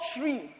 tree